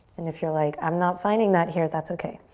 and if you're like, i'm not finding that here, that's okay.